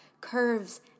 Curves